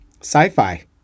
sci-fi